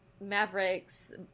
Maverick's